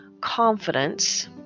confidence